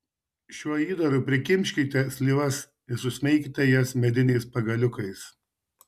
šiuo įdaru prikimškite slyvas ir susmeikite jas mediniais pagaliukais